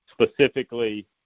specifically